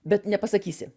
bet nepasakysi